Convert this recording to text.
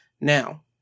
Now